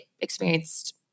experienced